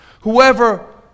whoever